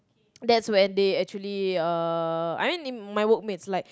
that's when they actually uh I mean like my work mates like